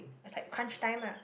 it's like crunch time ah